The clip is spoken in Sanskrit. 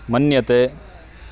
मन्यते